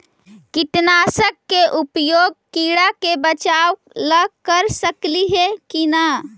कीटनाशक के उपयोग किड़ा से बचाव ल कर सकली हे की न?